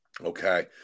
okay